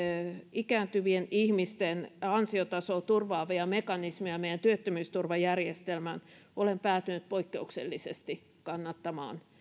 ikääntyvien ihmisten ansiotasoa turvaavia mekanismeja meidän työttömyysturvajärjestelmään olen päätynyt poikkeuksellisesti kannattamaan